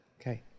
Okay